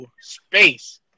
space